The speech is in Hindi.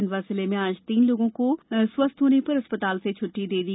खंडवा जिले में आज तीन लोगों को स्वस्थ होने पर अस्पताल से छुट्टी दे दी